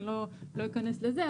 לא אכנס לזה,